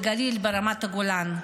בגליל וברמת הגולן.